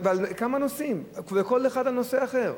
וכל אחד על נושא אחר: